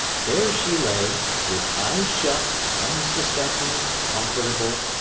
there she lay, with eyes shut, unsuspecting, comfortable,